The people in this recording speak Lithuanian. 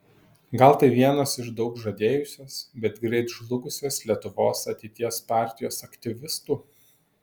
gal tai vienas iš daug žadėjusios bet greit žlugusios lietuvos ateities partijos aktyvistų